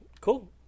Cool